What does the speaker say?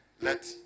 Let